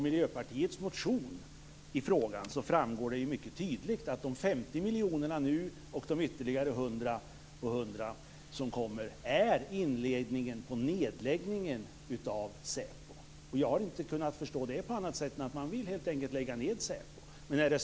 Av Miljöpartiets motion om detta framgår det mycket tydligt att de 50 miljoner kronorna år 1998 och de ytterligare 100 plus 100 miljoner kronorna för de två kommande åren är inledningen på en nedläggning av SÄPO. Jag kan inte förstå det på annat sätt än att man helt enkelt vill lägga ned SÄPO.